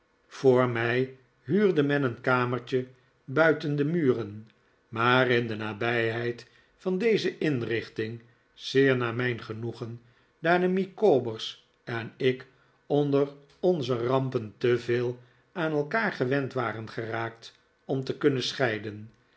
voor mij huur de men een kamertje buiten de muren maar in de nabijheid van deze inrichting zeer naar mijn genoegen daar de micawber's en ik onder onze rampen te veel aan elkaar gewend waren geraakt om te kunnen scheiden